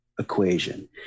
equation